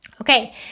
Okay